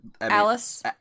Alice